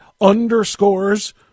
underscores